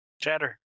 Chatter